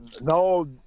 No